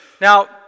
Now